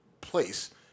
place